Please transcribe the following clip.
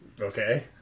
Okay